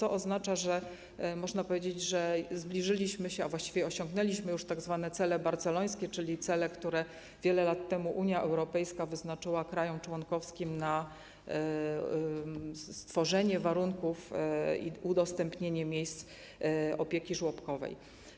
Oznacza to, że można powiedzieć, że zbliżyliśmy się, a właściwie osiągnęliśmy już tzw. cele barcelońskie, czyli cele, które wiele lat temu Unia Europejska wyznaczyła krajom członkowskim na stworzenie warunków i udostępnienie miejsc opieki żłobkowej.